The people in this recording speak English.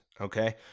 okay